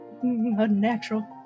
unnatural